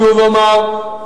שוב אומר,